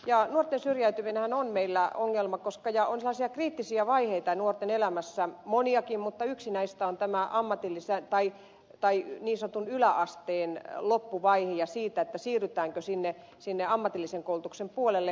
nuorten syrjäytyminenhän on meillä ongelma koska on sellaisia kriittisiä vaiheita nuorten elämässä moniakin mutta yksi näistä on tämä niin sanotun yläasteen loppuvaihe ja se siirrytäänkö sinne ammatillisen koulutuksen puolelle